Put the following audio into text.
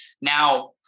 Now